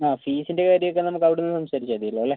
ആ ഫീസിന്റെ കാര്യമൊക്കെ നമുക്കവിടെനിന്ന് സംസാരിച്ചാൽ മതിയല്ലോ അല്ലേ